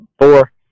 four